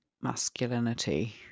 masculinity